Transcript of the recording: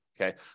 Okay